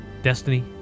Destiny